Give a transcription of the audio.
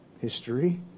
history